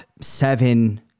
seven